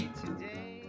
today